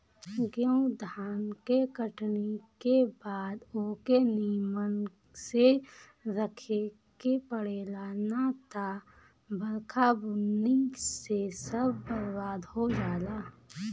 गेंहू धान के कटनी के बाद ओके निमन से रखे के पड़ेला ना त बरखा बुन्नी से सब बरबाद हो जाला